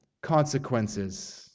consequences